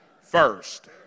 first